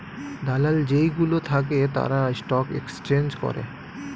দালাল যেই গুলো থাকে তারা স্টক এক্সচেঞ্জ করে